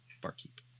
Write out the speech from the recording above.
barkeep